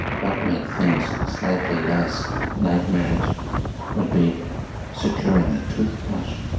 what made things slightly less nightmarish would be securing a toothbrush